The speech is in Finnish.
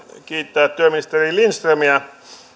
kiittää työministeri lindströmiä